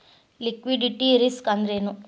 Liquidity risk ಅಂದ್ರೇನು?